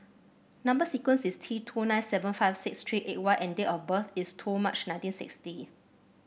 number sequence is T two nine seven five six three eight Y and date of birth is two March nineteen sixty